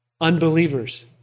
unbelievers